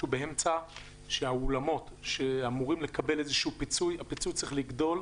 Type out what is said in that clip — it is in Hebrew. הפיצוי לאולמות צריך לגדול,